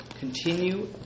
Continue